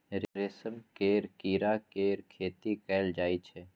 रेशम केर कीड़ा केर खेती कएल जाई छै